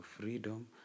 freedom